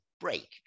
break